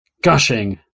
gushing